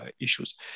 issues